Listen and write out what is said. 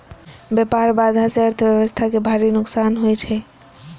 व्यापार बाधा सं अर्थव्यवस्था कें भारी नुकसान होइ छै